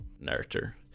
narrator